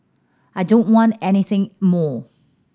I don't want anything more